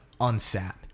unsat